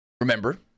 Remember